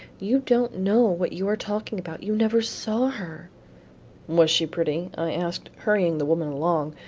you don't know what you are talking about, you never saw her was she pretty, i asked, hurrying the woman along,